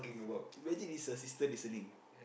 imagine is your sister listening